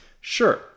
Sure